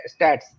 stats